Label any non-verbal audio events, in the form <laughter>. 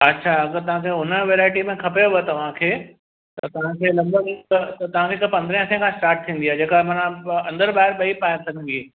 अच्छा अघि तव्हांखे हुन वैरायटी में खपेव तव्हांखे त तव्हांखे <unintelligible> त तव्हांखे त पंद्रहें अठे खां स्टार्ट थींदी आहे जेका माना अंदरि ॿाहिरि ॿई पाए सघबी